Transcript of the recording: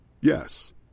Yes